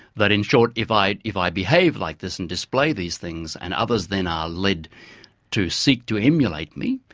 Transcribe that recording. that, in short, if i if i behave like this and display these things and others then are led to seek to emulate me,